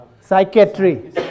psychiatry